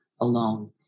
alone